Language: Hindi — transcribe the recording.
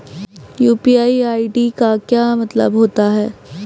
यू.पी.आई आई.डी का मतलब क्या होता है?